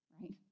right